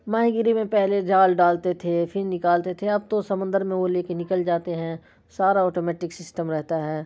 ماہی گیری میں پہلے جال ڈالتے تھے پھر نکالتے تھے اب تو سمندر میں وہ لے کے نکل جاتے ہیں سارا آٹومیٹک سسٹم رہتا ہے